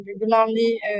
regularly